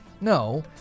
No